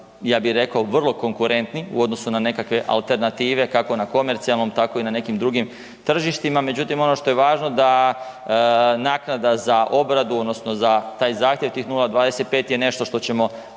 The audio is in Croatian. ja bih rekao vrlo konkurentni u odnosu na nekakve alternative, kako na komercijalnom, tako i na nekim drugim tržištima, međutim, ono što je važno da naknada za obradu, odnosno za taj zahtjev, tih 0,25 je nešto što ćemo